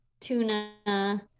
tuna